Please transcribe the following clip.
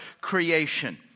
creation